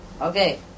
Okay